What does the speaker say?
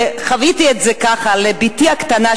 וחוויתי את זה ככה: לבתי הקטנה,